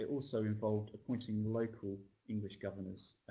also involved appointing local english governors,